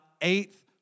eighth